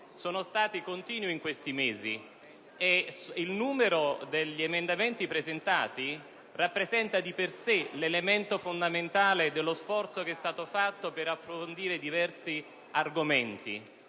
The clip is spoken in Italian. è stato continuo in questi mesi e il numero degli emendamenti presentati rappresenta di per sé l'elemento fondamentale dello sforzo che è stato compiuto per approfondire diversi argomenti.